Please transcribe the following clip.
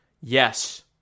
yes